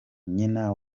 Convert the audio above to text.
nyina